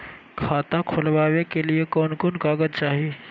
खाता खोलाबे के लिए कौन कौन कागज चाही?